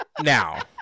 Now